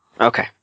Okay